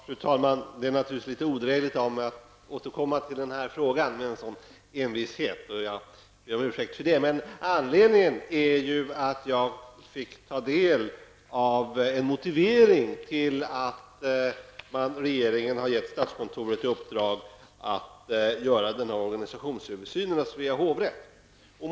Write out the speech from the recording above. Fru talman! Det är naturligtvis litet odrägligt av mig att återkomma till denna fråga med en sådan envishet, och jag ber om ursäkt för det. Anledningen är att jag fått ta del av en motivering till att regeringen har gett statskontoret i uppdrag att göra organisationsöversynen av Svea hovrätt.